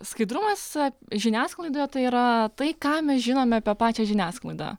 skaidrumas žiniasklaidoje tai yra tai ką mes žinome apie pačią žiniasklaidą